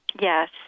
Yes